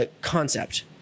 concept